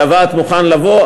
שהוועד מוכן לבוא,